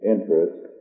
Interest